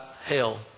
hell